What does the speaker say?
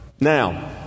Now